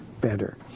better